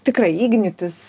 tikrai ignitis